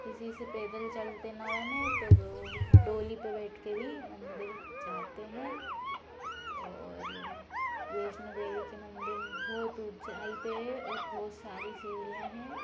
किसी से पैदल चलते ना बने तो वो डोली पर बैठ के भी मंदिर जाते हैं और वैष्णो देवी के मंदिर बहुत ऊँचाई पर है और बहुत सारी सीढ़ियाँ हैं